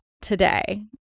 today